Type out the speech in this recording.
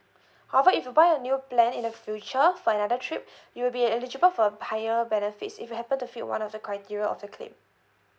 however if you buy a new plan in the future for another trip you'll be eligible for higher benefits if you happen to fill one of the criteria of the claim